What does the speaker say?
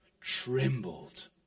trembled